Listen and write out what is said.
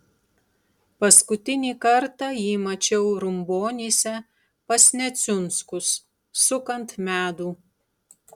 paskutinį kartą jį mačiau rumbonyse pas neciunskus sukant medų